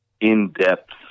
in-depth